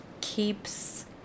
keeps